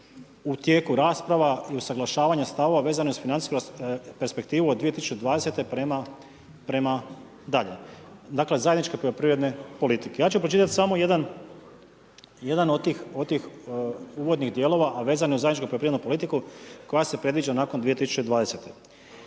u tijeku rasprava i usaglašavanje stavova vezane uz financijsku perspektivu od 2020. prema dalje. Dakle zajednička poljoprivredna politika. Ja ću vam pročitat samo jedan od tih uvodnih dijelova, a vezano uz zajedničku poljoprivrednu politiku koja se predviđa nakon 2020.